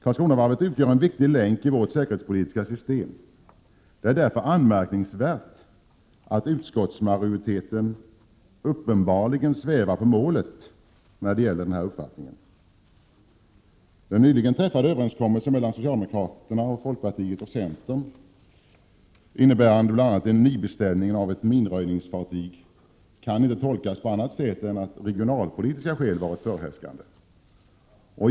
Karlskronavarvet utgör en viktig länk i vårt säkerhetspolitiska system. Det är därför anmärkningsvärt att utskottsmajoriteten uppenbarligen svävar på målet när det gäller denna uppfattning. ningsfartyg, kan inte tolkas på annat sätt än att regionalpolitiska skäl har varit — Prot. 1987/88:131 förhärskande.